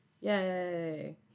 yay